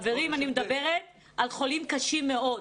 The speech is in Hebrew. חברים, אני מדברת על חולים קשים מאוד.